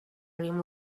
rim